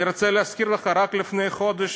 אני רוצה להזכיר לך, רק לפני חודש